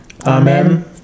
Amen